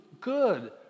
good